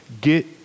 get